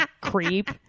creep